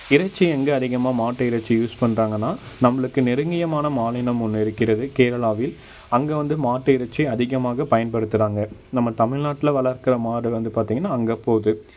இறைச்சி எங்கே அதிகமாக மாட்டு இறைச்சி யூஸ் பண்ணுறாங்கன்னா நம்மளுக்கு நெருங்கியமான மாநிலம் ஒன்று இருக்கிறது கேரளாவில் அங்கே வந்து மாட்டு இறைச்சி அதிகமாக பயன்படுத்துறாங்க நம்ம தமிழ்நாட்டில வளர்க்கற மாடு வந்து பார்த்தீங்கன்னா அங்கே போவது